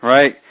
Right